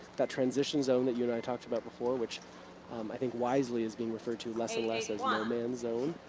that transition zone that you and i talked about before, which um i think wisely is being referred to less and less as no um man's zone